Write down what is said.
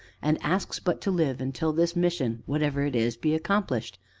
and asks but to live until this mission, whatever it is, be accomplished.